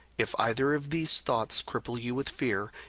if either of these thoughts cripple you with fear,